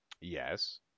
Yes